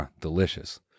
delicious